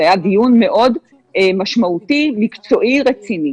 היה דיון מאוד משמעותי, מקצועי, רציני.